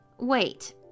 Wait